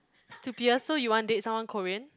stupidest so you want date someone Korean